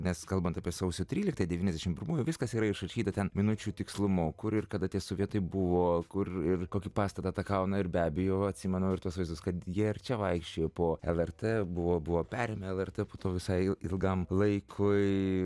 nes kalbant apie sausio tryliktą devyniasdešim pirmųjų viskas yra išrašyta ten minučių tikslumu kur ir kada tie sovietai buvo kur ir kokį pastatą atakavo na ir be abejo atsimenu ir tuos vaizdus kad jie ir čia vaikščiojo po lrt buvo buvo perėmę lrt po to visai ilgam laikui